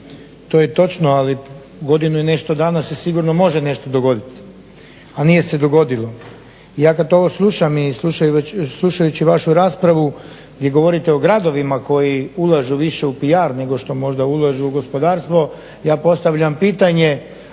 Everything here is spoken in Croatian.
To je točno, ali u godinu i nešto dana se sigurno može nešto dogoditi, a nije se dogodilo. Ja kad ovo slušam i slušajući vašu raspravu gdje govorite o gradovima koji ulažu više u PR nego što možda ulažu u gospodarstvo ja postavljam pitanje,